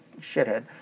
shithead